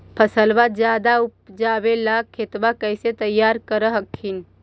फसलबा ज्यादा उपजाबे ला खेतबा कैसे तैयार कर हखिन?